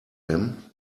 him